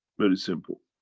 very simple.